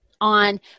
on